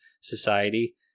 society